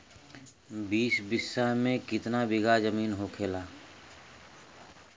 बीस बिस्सा में कितना बिघा जमीन होखेला?